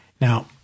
Now